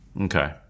Okay